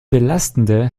belastende